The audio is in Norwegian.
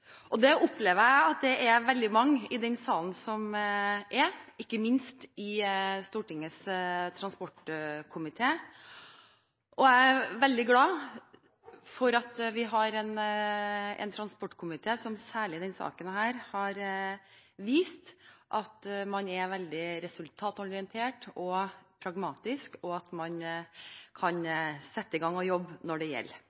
Og det opplever jeg at det er veldig mange i denne sal som er, ikke minst i Stortingets transportkomité, og jeg er veldig glad for at vi har en transportkomité som særlig i denne saken har vist at man er veldig resultatorientert og pragmatisk, og at man kan sette i gang og jobbe når det gjelder.